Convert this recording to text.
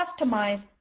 customize